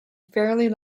fairly